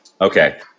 Okay